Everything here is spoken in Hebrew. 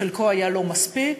בחלקו היה לא מספיק.